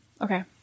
Okay